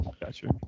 Gotcha